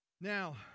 now